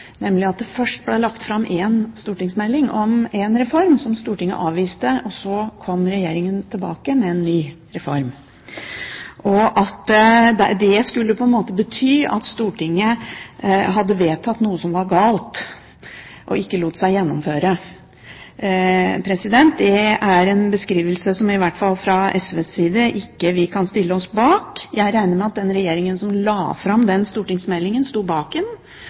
nemlig at det først ble lagt fram en stortingsmelding om en reform som Stortinget avviste, og at regjeringen så kom tilbake med en ny reform, og at det skulle på en måte bety at Stortinget hadde vedtatt noe som var galt, og som ikke lot seg gjennomføre. Det er en beskrivelse som i hvert fall vi fra SVs side ikke kan stille oss bak. Jeg regner med at den regjeringen som la fram den stortingsmeldingen, sto bak